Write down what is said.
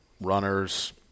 runners